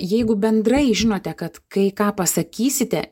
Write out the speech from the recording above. jeigu bendrai žinote kad kai ką pasakysite